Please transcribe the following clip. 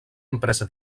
empresa